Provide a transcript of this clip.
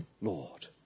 Lord